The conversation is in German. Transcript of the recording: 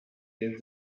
den